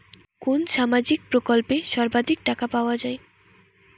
কোন সামাজিক প্রকল্পে সর্বাধিক টাকা পাওয়া য়ায়?